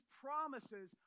promises